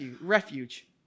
refuge